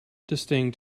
distinct